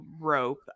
Rope